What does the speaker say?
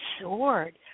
sword